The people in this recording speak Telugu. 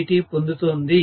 dt పొందుతుంది